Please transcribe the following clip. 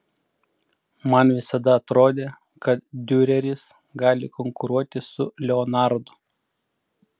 man visada atrodė kad diureris gali konkuruoti su leonardu